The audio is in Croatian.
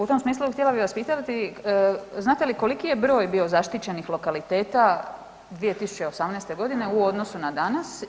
U tom smislu htjela bi vas pitati, znate li koliki je broj bio zaštićenih lokaliteta 2018.g. u odnosu na danas?